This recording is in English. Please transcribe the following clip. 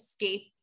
escape